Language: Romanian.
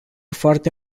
foarte